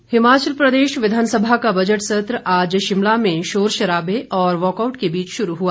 budget सत्र हिमाचल प्रदेश विधानसभा का budget सत्र आज शिमला में शोरशराबे और वॉकआउट के बीच शुरू हुआ